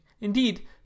indeed